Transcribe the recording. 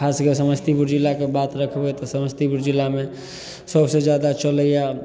खास कऽ समस्तीपुर जिलाके बात रखबै तऽ समस्तीपुर जिलामे सबसे जादा चलैया